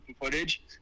footage